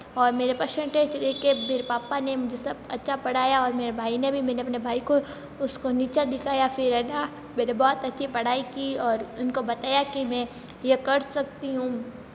और मेरे परशेंटेज देख के मेरे पापा ने मुझे सब अच्छा पढ़ाया और मेरे भाई ने भी मैंने अपने भाई को उसको नीचा दिखाया फिर है ना मैंने बहुत अच्छी पढ़ाई की और उनको बताया कि मैं ये कर सकती हूँ